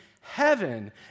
heaven